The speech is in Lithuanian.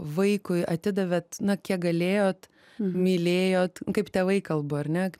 vaikui atidavėt na kiek galėjot mylėjot kaip tėvai kalba ar ne